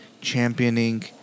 championing